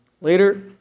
later